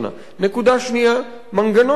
נקודה שנייה, מנגנון מיון.